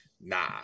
Nah